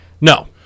No